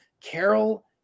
Carol